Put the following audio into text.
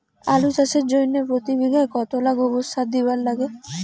আলু চাষের জইন্যে প্রতি বিঘায় কতোলা গোবর সার দিবার লাগে?